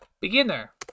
beginner